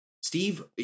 Steve